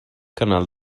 canal